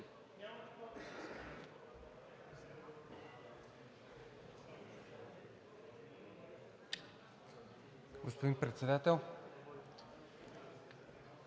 Господин Председател!